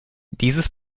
dieses